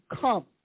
come